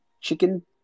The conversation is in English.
Chicken